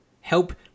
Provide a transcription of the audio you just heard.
help